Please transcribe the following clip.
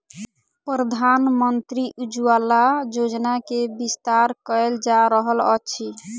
प्रधानमंत्री उज्ज्वला योजना के विस्तार कयल जा रहल अछि